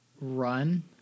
run